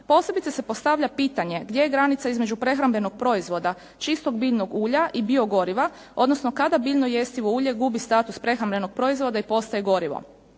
Posebice se postavlja pitanje gdje je granica između prehrambenog proizvoda čistog biljnog ulja i biogoriva odnosno kada biljno jestivo ulje gubi status prehrambenog proizvoda i postaje gorivo.